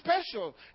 special